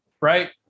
right